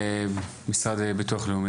משרד לביטוח לאומי